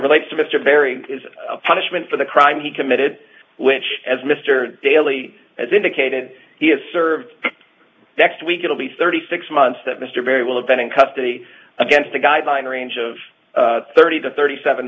relates to mr barry is a punishment for the crime he committed which as mr daley has indicated he has served next week it'll be thirty six months that mr very will have been in custody against the guideline range of thirty to thirty seven